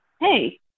Hey